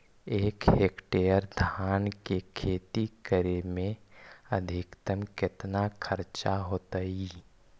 एक हेक्टेयर धान के खेती करे में अधिकतम केतना खर्चा होतइ?